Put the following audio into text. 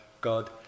God